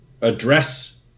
address –